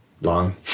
long